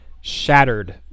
shattered